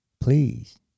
Please